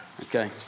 Okay